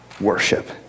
worship